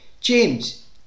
James